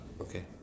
okay